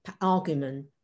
argument